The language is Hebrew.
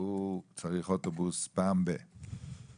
והוא צריך אוטובוס פעם בכמה זמן,